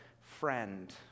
friend